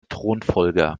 thronfolger